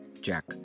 Jack